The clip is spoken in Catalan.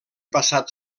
passat